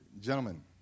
gentlemen